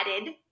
added